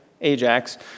Ajax